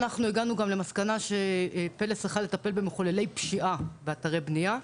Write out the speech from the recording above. אנחנו הגענו גם למסקנה ש"פלס" צריכה לטפל במחוללי פשיעה באתרי בנייה,